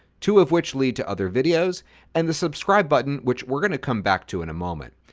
two of which lead to other videos and the subscribe button which we're going to come back to in a moment.